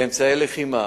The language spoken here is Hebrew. באמצעי לחימה,